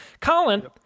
Colin